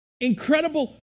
incredible